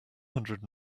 hundred